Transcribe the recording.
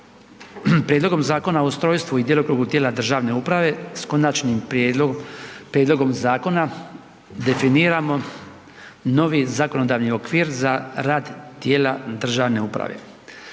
Prijedlogom zakona o ustrojstvu i djelokrugu tijela državne uprave s konačnim prijedlogom zakona definiramo novi zakonodavni okvir za rad tijela državne uprave.